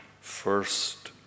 first